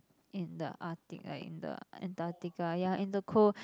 in the Arctic like in the Antarctica ya in the cold